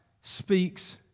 speaks